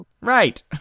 Right